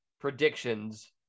predictions